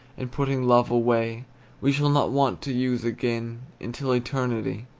and putting love away we shall not want to use again until eternity.